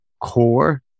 core